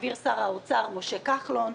שהעביר שר האוצר משה כחלון,